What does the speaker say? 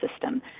system